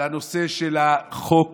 על הנושא של חוק